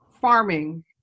farming